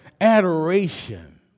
Adoration